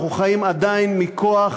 אנחנו חיים עדיין מכוח